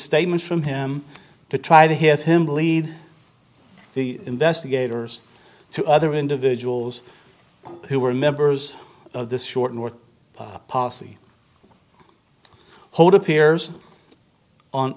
statements from him to try to hear him lead the investigators to other individuals who were members of this short north posse hold appears on